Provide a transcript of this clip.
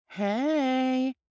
Hey